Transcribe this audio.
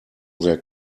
their